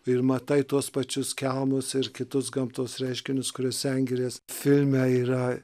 ir matai tuos pačius kelmus ir kitus gamtos reiškinius kurie sengirės filme yra